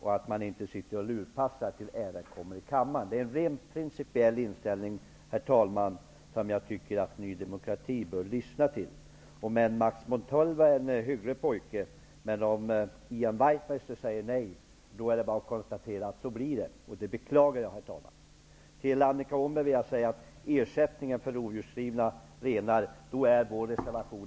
Man skall inte sitta och lurpassa tills ärendet kommer upp i kammaren. Det är en rent principiell inställning, herr talman, som jag tycker att Ny demokrati bör lyssna till. Max Montalvo är en hygglig pojke, men om Ian Wachtmeister säger nej, så blir det så. Jag beklagar det. Åhnberg, gör att vår reservation...